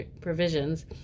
provisions